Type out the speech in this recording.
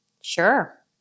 Sure